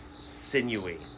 sinewy